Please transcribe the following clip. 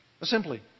Assembly